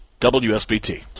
WSBT